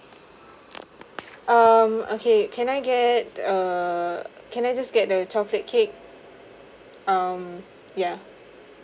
um okay can I get a can I just get the chocolate cake um ya